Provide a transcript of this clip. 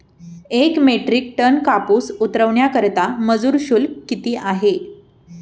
एक metric tonne कापूस उतरवण्याकरता मजूर शुल्क किती आहे?